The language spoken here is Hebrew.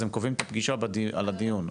קובעים את הפגישה על הדיון,